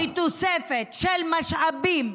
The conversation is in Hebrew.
לתוספת של משאבים,